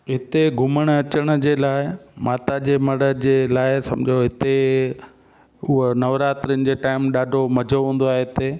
हिते घुमण अचण जे लाइ माता जे मढ़ जे लाइ सम्झो हिते उहा नवरात्रियुनि जो टाइम ॾाढो मज़ो हूंदो आहे हिते